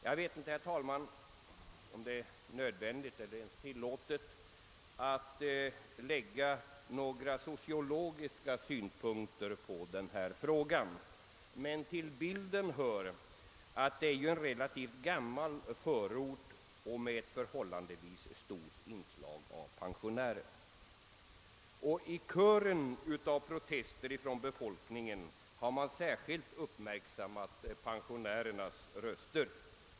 Jag vet inte, herr talman, om det är nödvändigt eller ens tillåtet att lägga några sociologiska syn Punkter på den här frågan, men till bilden hör att Midsommarkransen är en relativt gammal förort med ett förhållandevis stort inslag av pensionärer. Och i kören av protester från befolkningen har man särskilt uppmärksammat pensionärernas röster.